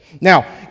Now